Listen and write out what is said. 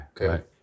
Okay